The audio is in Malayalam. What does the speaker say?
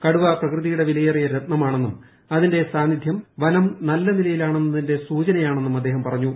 കടുവ പ്രകൃതിയുടെ വിലയേറിയ രത്നമാണെന്നും അതിന്റെ സാന്നിധ്യം വനം നല്ല നിലയിലാണെന്നതിന്റെ സൂചനയാണെന്നും അദ്ദേഹം പറഞ്ഞു